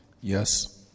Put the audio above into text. Yes